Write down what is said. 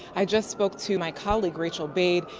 i just spoke to my college, rachel bade.